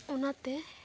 ᱚᱱᱟᱛᱮ